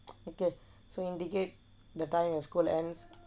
okay so indicate the time when school ends